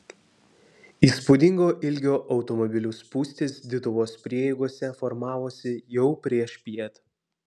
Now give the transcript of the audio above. įspūdingo ilgio automobilių spūstys dituvos prieigose formavosi jau priešpiet